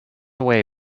away